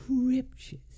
scriptures